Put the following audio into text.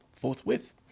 forthwith